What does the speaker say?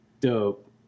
Dope